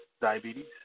diabetes